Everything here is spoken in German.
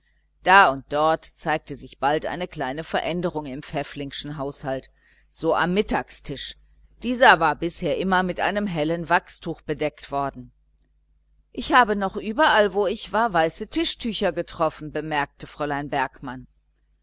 da und dort zeigte sich bald eine kleine veränderung im pfäffling'schen haushalt so am mittagstisch dieser war bisher immer mit einem hellen wachstuch bedeckt worden ich habe noch überall wo ich war weiße tischtücher getroffen bemerkte fräulein bergmann